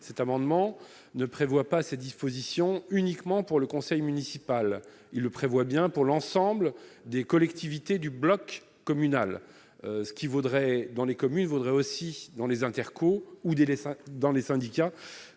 cet amendement ne prévoit pas cette disposition uniquement pour le conseil municipal, il prévoit bien pour l'ensemble des collectivités du bloc communal, ce qui vaudrait dans les communes vaudrait aussi dans les interco ou délaissant dans les syndicats,